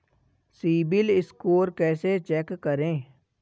CIBIL score कैसे check करें?